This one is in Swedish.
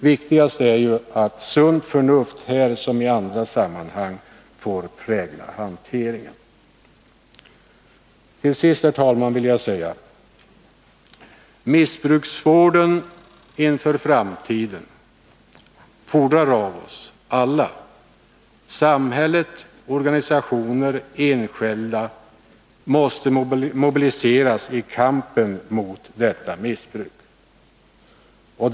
Viktigast är ju att sunt förnuft här som i andra sammanhang får prägla hanteringen. Missbrukarvården inför framtiden fordrar att alla — samhället, organisationer och enskilda — mobiliseras i kampen mot missbruket.